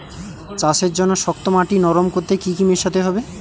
চাষের জন্য শক্ত মাটি নরম করতে কি কি মেশাতে হবে?